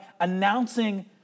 announcing